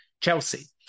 Chelsea